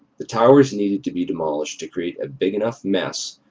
the towers needed to be demolished to create a big enough mess,